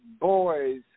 boys